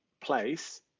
place